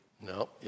No